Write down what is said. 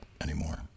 anymore